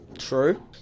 true